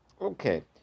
Okay